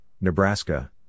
Nebraska